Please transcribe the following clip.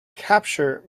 capture